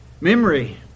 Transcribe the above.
Memory